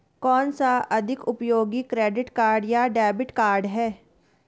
कौनसा अधिक उपयोगी क्रेडिट कार्ड या डेबिट कार्ड है?